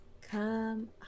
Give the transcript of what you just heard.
Come